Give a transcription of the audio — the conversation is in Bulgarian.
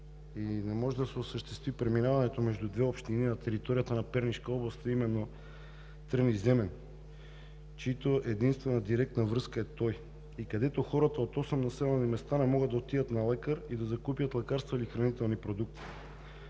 Не може да се осъществи преминаването между две общини на територията на Пернишка област, а именно Трън и Земен, чиято единствена директна връзка е той и където хората от осем населени места не могат да отидат на лекар или да купят лекарства или хранителни продукти.